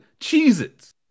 Cheez-Its